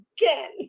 again